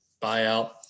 buyout